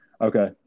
Okay